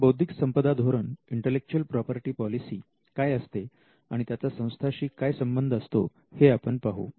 तेव्हा बौद्धिक संपदा धोरण काय असते आणि त्याचा संस्थाशी काय संबंध असतो हे आपण पाहू